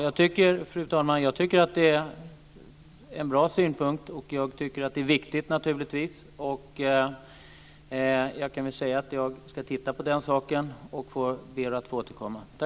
Fru talman! Jag tycker att det är en bra synpunkt, och jag tycker naturligtvis att det här är viktigt. Jag kan väl säga att jag ska titta på den här saken. Jag ber att få återkomma. Tack!